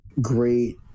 great